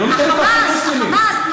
את ה"חמאס".